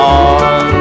on